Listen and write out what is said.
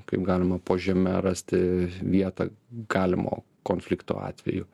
kaip galima po žeme rasti vietą galimo konflikto atveju